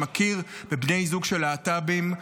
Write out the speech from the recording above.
שמכיר בבני זוג של להט"בים,